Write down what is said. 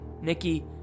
Nikki